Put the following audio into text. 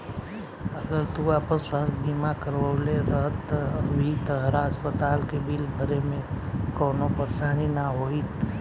अगर तू आपन स्वास्थ बीमा करवले रहत त अभी तहरा अस्पताल के बिल भरे में कवनो परेशानी ना होईत